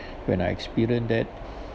when I experience that